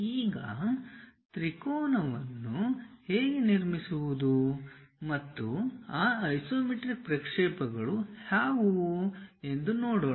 ಈಗ ತ್ರಿಕೋನವನ್ನು ಹೇಗೆ ನಿರ್ಮಿಸುವುದು ಮತ್ತು ಆ ಐಸೊಮೆಟ್ರಿಕ್ ಪ್ರಕ್ಷೇಪಗಳು ಯಾವುವು ಎಂದು ನೋಡೋಣ